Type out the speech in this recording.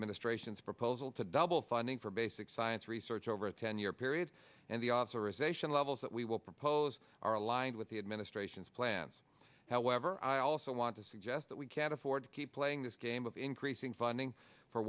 administration's proposal to double funding for basic science research over a ten year period and the authorization levels that we will propose are aligned with the administration's plans however i also want to suggest that we can't afford to keep playing this game of increasing funding for